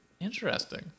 Interesting